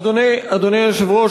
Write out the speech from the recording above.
אדוני היושב-ראש,